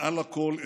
ומעל לכול,